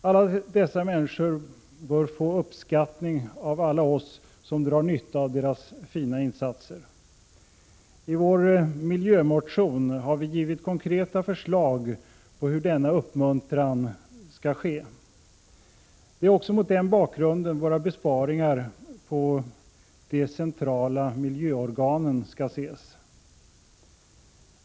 Alla dessa människor bör få uppskattning av alla oss som drar nytta av 115 deras fina insatser. I den moderata miljömotionen har vi givit konkreta förslag på hur denna uppmuntran skall ske. Det är också mot den bakgrunden besparingarna på de centrala miljöorganen skall ses.